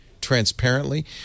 transparently